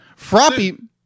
Froppy